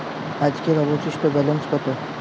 আজকের অবশিষ্ট ব্যালেন্স কত?